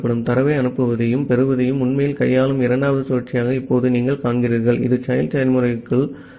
தரவை அனுப்புவதையும் பெறுவதையும் உண்மையில் கையாளும் இரண்டாவது சுழற்சியை இப்போது நீங்கள் காண்கிறீர்கள் இது child செயல்முறைக்குள் மட்டுமே உள்ளது